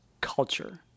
culture